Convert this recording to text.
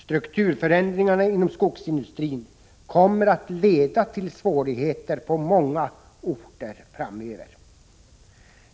Strukturförändringarna inom skogsindustrin kommer att leda till svårigheter på många orter framöver.